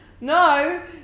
No